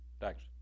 Thanks